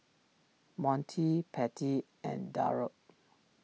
Monty Patty and Darold